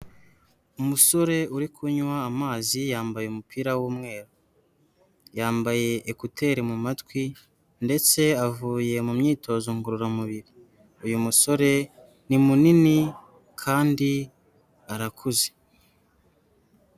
Umusore uri kunywa amazi yambaye umupira w'umweru, yambaye ekuteri mu matwi ndetse avuye mu myitozo ngororamubiri, uyu musore ni munini kandi arakuze.